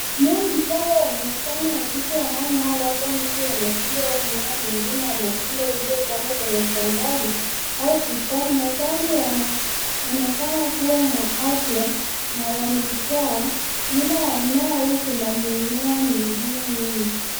Mimea michanga yenye majani mabichi yanayong'aa labda mti wa machungwa au mmea mwingine wa matunda uliopandwa kwenye shambani au bustani. Majani yanaonekana kuwa na afya na yamejaa. Nyuma ya mmea huu kuna mimea mingine mingi.